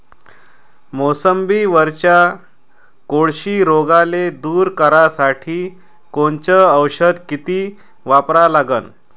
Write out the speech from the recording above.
मोसंबीवरच्या कोळशी रोगाले दूर करासाठी कोनचं औषध किती वापरा लागन?